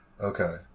Okay